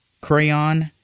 Crayon